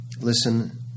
listen